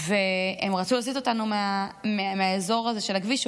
והם רצו להסיט אותנו מהאזור הזה של הכביש.